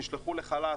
נשלחו לחל"ת,